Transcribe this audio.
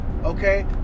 okay